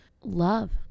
love